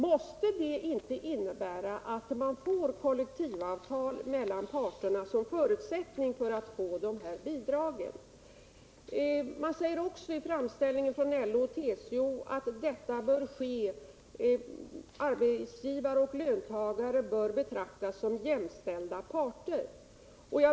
Måste den inte innebära att kollektivavtal mellan parterna blir en förutsättning för att man skall kunna få bidrag? Man säger i framställningen från LO och TCO att arbetsgivare och löntagare bör betraktas som jämställda parter.